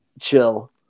chill